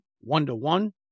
one-to-one